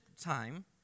time